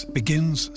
begins